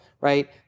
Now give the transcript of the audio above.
right